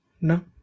No